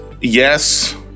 yes